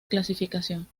clasificación